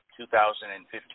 2015